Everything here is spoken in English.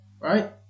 right